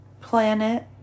planet